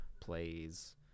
plays